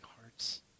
hearts